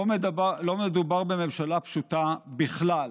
לא מדובר בממשלה פשוטה בכלל.